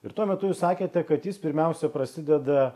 ir tuo metu jūs sakėte kad jis pirmiausia prasideda